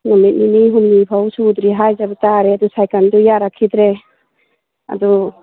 ꯅꯨꯃꯤꯠ ꯅꯤꯅꯤ ꯍꯨꯝꯅꯤꯐꯥꯎ ꯁꯨꯗ꯭ꯔꯤ ꯍꯥꯏꯖꯕ ꯇꯥꯔꯦ ꯑꯗꯨ ꯁꯥꯏꯀꯜꯗꯨ ꯌꯥꯔꯛꯈꯤꯗ꯭ꯔꯦ ꯑꯗꯨ